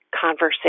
conversation